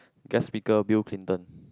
guest speaker Bill Clinton